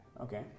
Okay